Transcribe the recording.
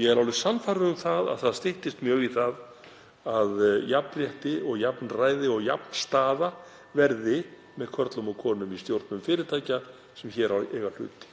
Ég er alveg sannfærður um að það styttist mjög í það að jafnrétti (Forseti hringir.) og jafnræði og jafnstaða verði með körlum og konum í stjórnum fyrirtækja sem hér eiga í hlut.